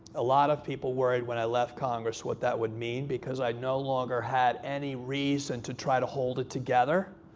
a lot of people worried, when i left congress, what that would mean. because i no longer had any reason to try to hold it together.